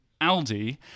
Aldi